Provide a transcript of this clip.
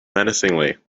menacingly